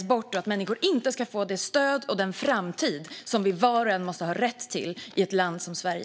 Jag säger nej till att människor inte ska få det stöd och den framtid som var och en måste ha rätt till i ett land som Sverige.